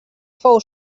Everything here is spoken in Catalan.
fou